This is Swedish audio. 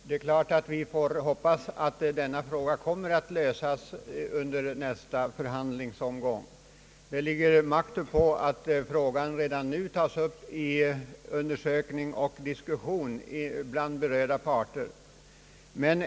Herr talman! Det är klart att vi hoppas att denna fråga kommer att lösas under nästa förhandlingsomgång. Det ligger makt uppå att frågan redan nu tas upp till undersökning och diskussion hos berörda parter.